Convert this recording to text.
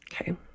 Okay